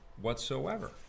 whatsoever